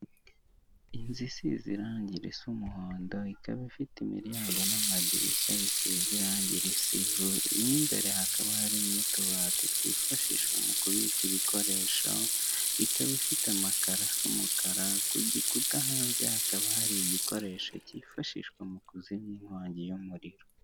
Inzu isize zirangi risa umuhondo ikaba ifite imiryango n'amadirishya bisize irange risa ivu. Mo imbere hakaba hari n'utubati twifashisha mu kubika ibikoresho ikaba ifite amakara asa umukara ku gikuta hanze hakaba hari igikoresho cyifashishwa mu kuzimya inkongi y'umuriro.